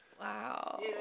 Wow